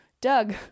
Doug